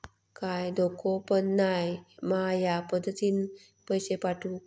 काय धोको पन नाय मा ह्या पद्धतीनं पैसे पाठउक?